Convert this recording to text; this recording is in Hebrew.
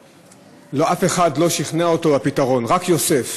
פרעה, אף אחד לא שכנע אותו בפתרון, רק יוסף.